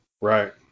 right